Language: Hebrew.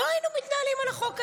לא היינו מתנהלים על החוק הזה.